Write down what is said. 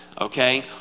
okay